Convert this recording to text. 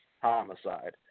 Homicide